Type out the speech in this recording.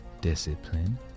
discipline